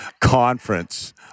conference